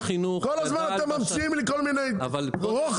כל הזמן אתם ממציאים לי כל הזמן רוחב,